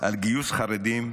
על גיוס חרדים,